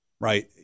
right